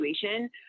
situation